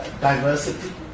diversity